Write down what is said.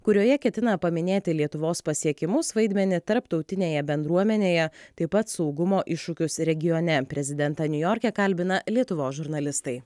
kurioje ketina paminėti lietuvos pasiekimus vaidmenį tarptautinėje bendruomenėje taip pat saugumo iššūkius regione prezidentą niujorke kalbina lietuvos žurnalistai